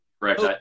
correct